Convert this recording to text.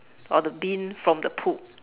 or the bean from the poop